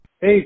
Hey